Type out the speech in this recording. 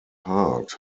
heart